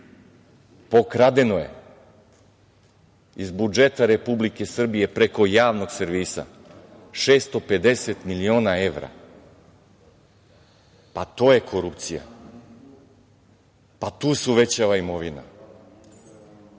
pokradeno je iz budžeta Republike Srbije preko javnog servisa 650 miliona evra. To je korupcija. Tu se uvećava imovina.